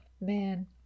man